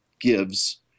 gives